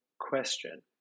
question